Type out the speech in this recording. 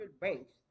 banks